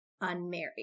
unmarried